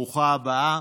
ברוכה הבאה.